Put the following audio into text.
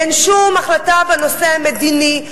אין שום החלטה בנושא המדיני,